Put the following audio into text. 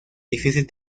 difícil